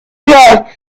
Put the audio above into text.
debugger